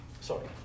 sorry